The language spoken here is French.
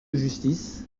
justice